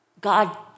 god